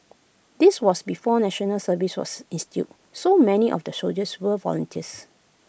this was before National Service was instituted so many of the soldiers were volunteers